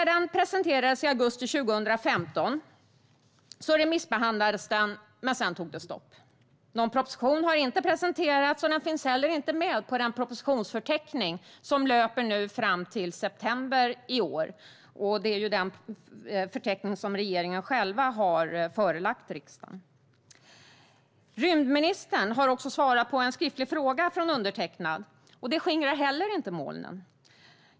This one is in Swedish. Den presenterades i augusti 2015 och remissbehandlades därefter, men sedan tog det stopp. Någon proposition har inte presenterats och finns heller inte med i den propositionsförteckning som löper fram till september i år. Det är ju den förteckning som regeringen själv har förelagt riksdagen. Rymdministern har svarat på en skriftlig fråga från undertecknad, och det skingrar heller inte molnen.